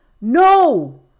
No